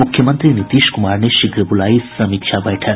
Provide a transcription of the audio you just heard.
मुख्यमंत्री नीतीश कुमार ने शीघ्र बुलाई समीक्षा बैठक